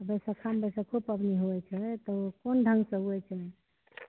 बैशखामे बैशखो पाबनि होइ छै तऽ ओ कोन ढङ्गके ओ होइ छै